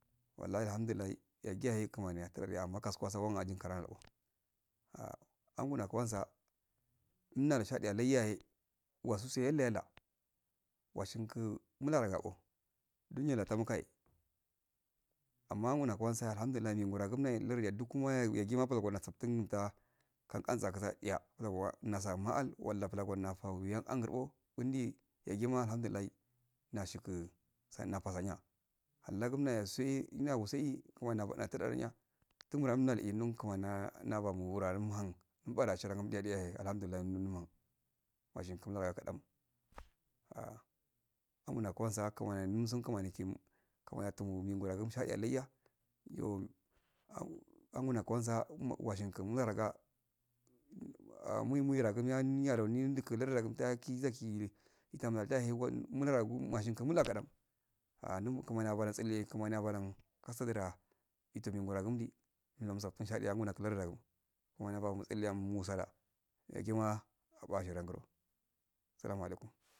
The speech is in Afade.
Wallahi alhadu lillahi yagi ya eh kumani akurutse ango kasuwa so ani karado ah angol nakarma sa kun ndali shadeye lai ya eh wasusuwe yo ne la washiki mula roga ko ndo nyile asurongi muka eeh amma angol nakurma so alhamdu lillahi meguda gun elu lardo dukma yagima ohn osaftun tsa ka kun sakun kya yauwa nasa'amal walla klafa ani uyagi angur ko mundi yayi ma alhamdu lillahi nashiki saniya ko saniya lagum ani sue me ayun sui kumani natar iya tum mode kani kumani da afome eh umhum umfagu ashirinya dagu ya eh alhamdulilahi umhum imashinki mula rokɔ um ah amunokoso kumani umsun kumani kshim kumani tum umsharhe ah laiya yoh au amonpgu kwansa osingi mula roka muyi muyi da gum yaki lardu da ki udayiki dashi ka muladu mashi mula karan ah kumani afodan tsale kumani afodan kasadu da itum ngime musatun shade yakun lardu da kumani afomo tsale mu tsala yayima abahe langur salama laikum.